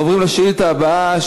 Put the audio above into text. אנחנו עוברים לשאילתה הבאה,